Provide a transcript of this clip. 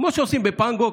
כמו שעושים בפנגו,